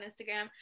Instagram